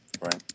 Right